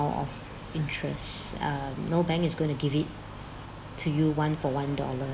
of interest uh no bank is going to give it to you one for one dollar